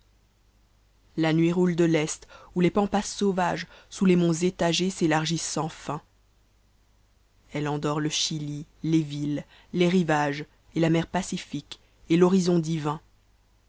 la nuit roule de l'est oh les pampas sauvages sous les monts étagés s'élargissent sans cn eme endort le cm cs v h les r vagcs et la mer pacmque et fhorixon divin